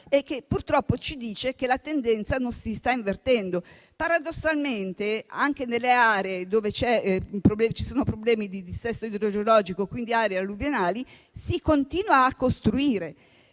che purtroppo ci dice che la tendenza non si sta invertendo. Paradossalmente, anche nelle aree dove ci sono problemi di dissesto idrogeologico (quindi nelle aree alluvionali) si continua a costruire,